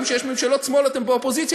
גם כשיש ממשלות שמאל אתם באופוזיציה,